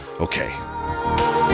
Okay